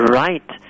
right